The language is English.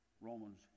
Romans